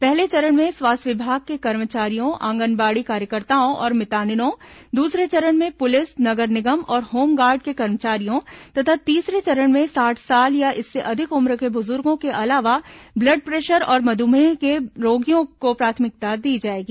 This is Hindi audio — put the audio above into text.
पहले चरण में स्वास्थ्य विभाग के कर्मचारियों आंगनबाड़ी कार्यकताओं और मितानिनों द्रसरे चरण में पुलिस नगर निगम और होम गार्ड के कर्मचारियों तथा तीसरे चरण में साठ साल या इससे अधिक उम्र के बुजुर्गो के अलावा ब्लड प्रेशर और मधुमेह के रोगियों को प्राथमिकता दी जाएगी